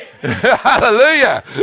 Hallelujah